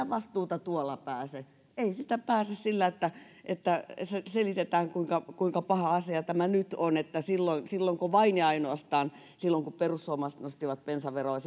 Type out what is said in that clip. vastuusta tuolla pääse ei siitä pääse sillä että että selitetään kuinka kuinka paha asia tämä nyt on ja että vain ja ainoastaan silloin kun perussuomalaiset nostivat bensaveroa